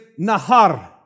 nahar